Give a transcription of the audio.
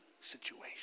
situation